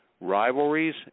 rivalries